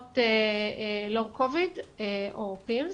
ולתופעות long covid או pims.